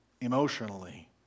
emotionally